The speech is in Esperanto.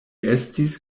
estis